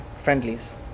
Friendlies